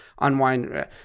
unwind